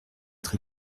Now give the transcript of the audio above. très